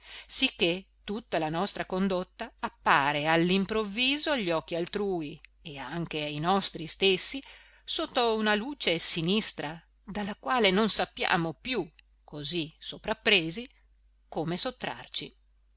sicché tutta la nostra condotta appare all'improvviso agli occhi altrui e anche ai nostri stessi sotto una luce sinistra dalla quale non sappiamo più così soprappresi come sottrarci